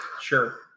sure